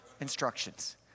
Instructions